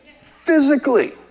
physically